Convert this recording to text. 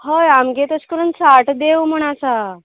होय आमगे तशें करून साठ देव म्हण आसा